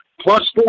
plus